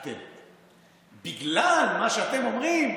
"אתם": בגלל מה שאתם אומרים,